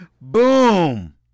Boom